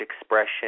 expression